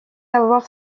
avoir